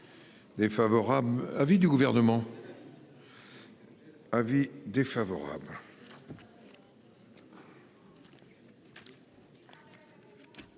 favorable. Avis du gouvernement. Avis défavorable.